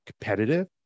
competitive